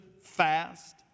fast